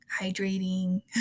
hydrating